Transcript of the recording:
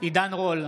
עידן רול,